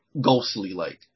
ghostly-like